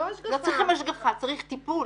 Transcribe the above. לא צריכים השגחה, צריך טיפול.